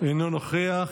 אינו נוכח.